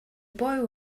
boy